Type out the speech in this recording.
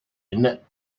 innit